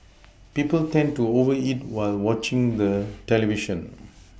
people tend to over eat while watching the television